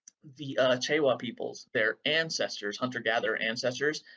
the chewa peoples, their ancestors, hunter gatherer ancestors,